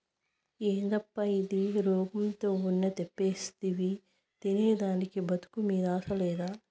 యేదప్పా ఇది, రోగంతో ఉన్న తెప్పిస్తివి తినేదానికి బతుకు మీద ఆశ లేదా